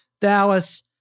Dallas